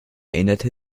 änderte